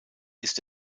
ist